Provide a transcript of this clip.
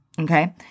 Okay